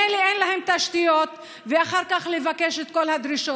מילא שאין תשתיות ואחר כך מבקשים את כל הדרישות,